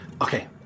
Okay